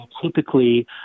typically